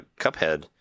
Cuphead